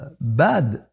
bad